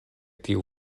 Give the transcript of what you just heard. tiu